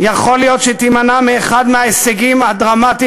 יכול להיות שתימנע מאחד מההישגים הדרמטיים